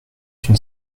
une